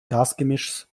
gasgemischs